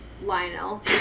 Lionel